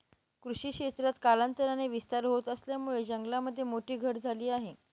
कृषी क्षेत्रात कालांतराने विस्तार होत असल्यामुळे जंगलामध्ये मोठी घट झाली आहे